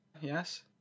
Yes